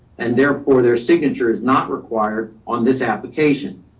and therefore their signature is not required on this application.